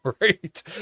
right